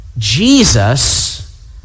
Jesus